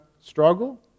struggle